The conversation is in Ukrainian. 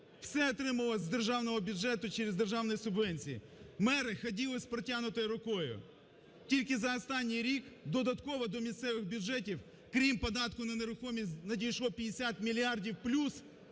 все отримувалось з державного бюджету, через державні субвенції, мери ходили з протягнутою рукою. Тільки за останній рік додатково до місцевих бюджетів, крім податку на нерухомість, надійшло 50 мільярдів плюс